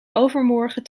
overmorgen